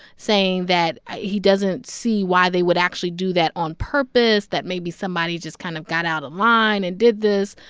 saying that he doesn't see why they would actually do that on purpose, that maybe somebody just kind of got out of line and did this,